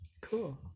Cool